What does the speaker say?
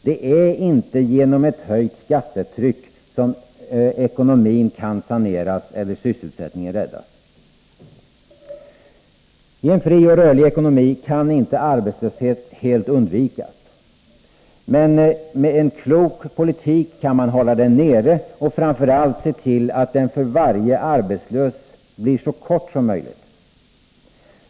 Det är inte genom ett höjt skattetryck som ekonomin kan saneras eller sysselsättningen räddas. Ten fri och rörlig ekonomi kan inte arbetslöshet helt undvikas. Men med en klok politik kan man hålla den nere och framför allt se till att den för varje arbetslös blir så kort som möjligt.